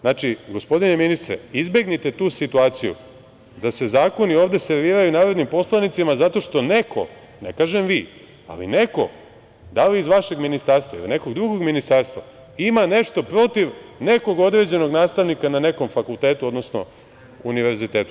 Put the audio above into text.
Znači, gospodine ministre izbegnite tu situaciju da se zakoni ovde serviraju narodnim poslanicima zato što neko, ne kažem vi, ali neko da li iz vašeg Ministarstva, ili nekog drugog ministarstva, ima nešto protiv nekog određenog nastavnika na nekom fakultetu, odnosno univerzitetu.